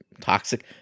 toxic